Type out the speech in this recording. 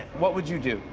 what would you do?